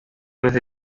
desde